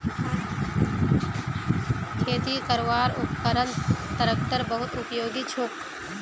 खेती करवार उपकरनत ट्रेक्टर बहुत उपयोगी छोक